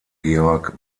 georg